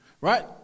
Right